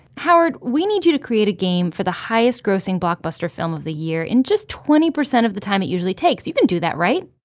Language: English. howard, we need for you to create a game for the highest-grossing blockbuster film of the year in just twenty percent of the time it usually takes. you can do that, right?